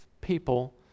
people